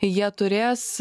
jie turės